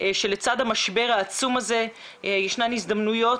שלצד המשבר העצום הזה יש הזדמנויות,